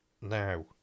now